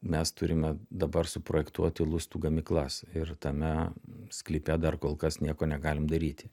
mes turime dabar suprojektuoti lustų gamyklas ir tame sklype dar kol kas nieko negalim daryti